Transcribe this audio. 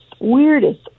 weirdest